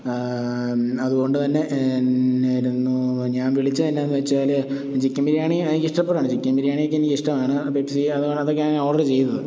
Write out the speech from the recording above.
അതുകൊണ്ട് തന്നെ ഞാൻ വിളിച്ചത് എന്നാ വച്ചാൽ ചിക്കൻ ബിരിയാണിയാണ് എനിക്ക് ഇഷ്ടപെട്ടതാണ് ചിക്കൻ ബിരിയാണിയൊക്കെ എനിക്ക് ഇഷ്ടമാണ് പെപ്സി അതൊക്കെയാണ് ഞാൻ ഓർഡറ് ചെയ്തത്